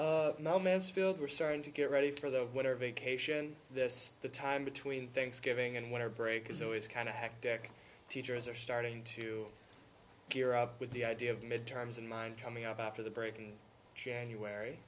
and now mansfield we're starting to get ready for the whatever vacation this time between thanksgiving and winter break is always kind of hectic teachers are starting to gear up with the idea of midterms in mind coming up after the break in january